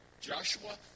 Joshua